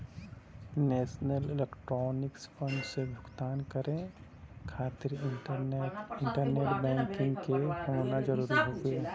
national electronics fund से भुगतान करे खातिर इंटरनेट बैंकिंग क होना जरुरी हउवे